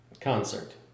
concert